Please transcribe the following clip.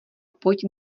pojď